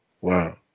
wow